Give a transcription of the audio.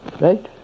Right